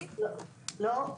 לא,